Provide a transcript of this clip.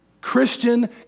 Christian